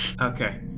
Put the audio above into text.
Okay